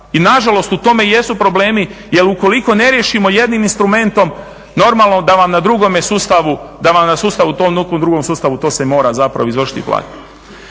i nažalost u tome i jesu problemi jel ukoliko ne riješimo jednim instrumentom normalno da vam na drugome sustavu, da vam na sustavu tom ili nekom drugom sustavu to se mora zapravo izvršiti i